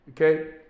Okay